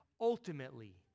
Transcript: ultimately